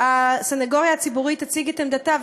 שהסנגוריה הציבורית תציג את עמדתה,